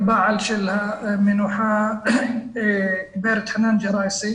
הבעל של המנוחה גב' חנאן ג'ראייסי.